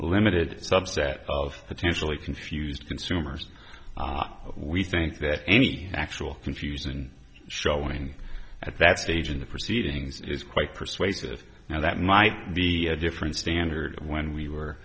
limited subset of potentially confused consumers we think that any actual confusion and showing at that stage in the proceedings is quite persuasive now that might be a different standard when we were